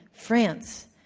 france.